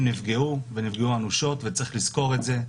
נפגעו ונפגעו אנושות וצריך לזכור את זה,